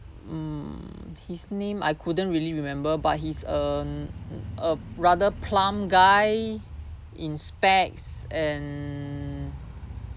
mm his name I couldn't really remember but he's um a rather plump guy in specs and